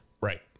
right